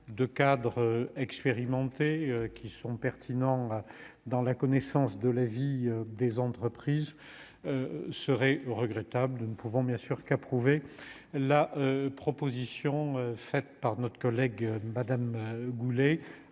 de cadres expérimentés qui sont pertinents dans la connaissance de la vie des entreprises serait regrettable de ne pouvons bien sûr qu'approuver la proposition faite par notre collègue Madame Goulet